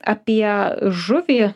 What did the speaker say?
apie žuvį